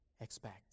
expect